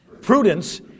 Prudence